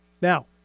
Now